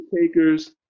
takers